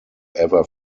ever